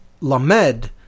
Lamed